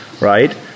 right